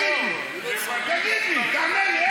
תענה לי.